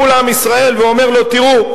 מול עם ישראל ואומר לו: תראו,